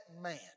man